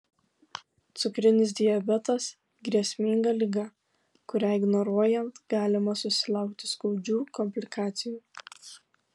cukrinis diabetas grėsminga liga kurią ignoruojant galime susilaukti skaudžių komplikacijų